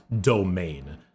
domain